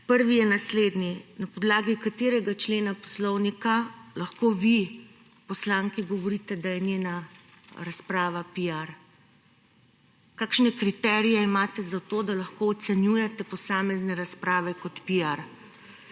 Prvi je naslednji. Na podlagi katerega člena Poslovnika lahko vi poslanki govorite, da je njena razprava piar? Kakšne kriterije imate za to, da lahko ocenjujete posamezne razprave kot